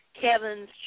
Kevin's